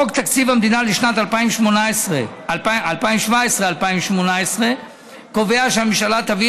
חוק תקציב המדינה לשנת 2018 2017 קובע שהממשלה תביא